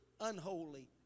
unholy